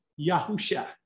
Yahusha